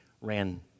ran